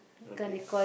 okay